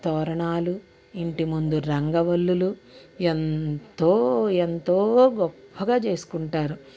తోరణాలు ఇంటిముందు రంగు వల్లులు ఎంతో ఎంతో గొప్పగా చేసుకుంటారు